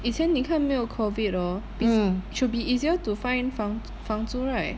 以前你看没有 COVID hor be~ should be easier to find 房房租 right